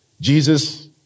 Jesus